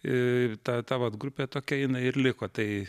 ir ta ta vat grupė tokia jinai ir liko tai